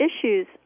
issues